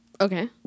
Okay